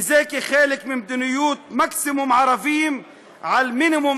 וזה כחלק ממדיניות מקסימום ערבים על מינימום